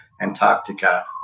Antarctica